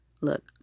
look